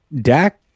Dak